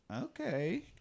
okay